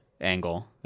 angle